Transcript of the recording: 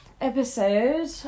episode